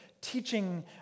teaching